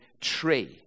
tree